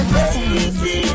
Crazy